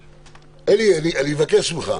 אלי, אני מבקש ממך.